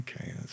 okay